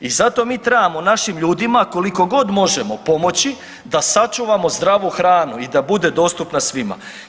I zato mi trebamo našim ljudima kolikogod možemo pomoći da sačuvamo zdravu hranu i da bude dostupna svima.